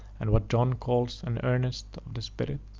and what john calls an earnest of the spirit